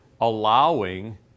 allowing